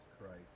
Christ